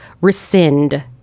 rescind